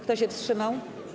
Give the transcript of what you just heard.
Kto się wstrzymał?